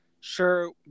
sure